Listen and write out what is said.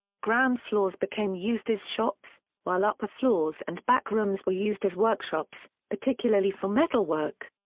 ground floors became used as shops, while upper floors and back rooms were used as workshops, particularly for metalwork.